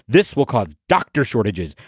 this will cause doctor shortages.